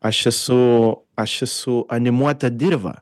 aš esu aš su animuota dirva